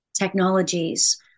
technologies